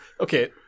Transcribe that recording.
Okay